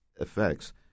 effects